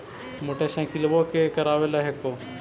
मोटरसाइकिलवो के करावे ल हेकै?